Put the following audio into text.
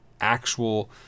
actual